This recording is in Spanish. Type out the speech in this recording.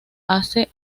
hace